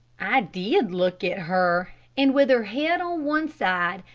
i did look at her, and with her head on one side,